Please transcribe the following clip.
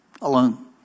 Alone